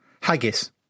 Haggis